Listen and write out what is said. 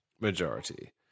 majority